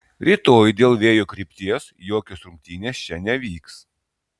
rytoj dėl vėjo krypties jokios rungtynės čia nevyks